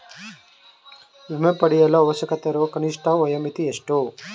ವಿಮೆ ಪಡೆಯಲು ಅವಶ್ಯಕತೆಯಿರುವ ಕನಿಷ್ಠ ವಯೋಮಿತಿ ಎಷ್ಟು?